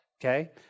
okay